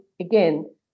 again